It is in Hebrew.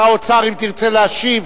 שר האוצר, אם תרצה להשיב,